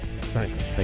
Thanks